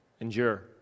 Endure